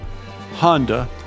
Honda